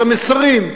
את המסרים.